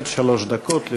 עד שלוש דקות לרשותך.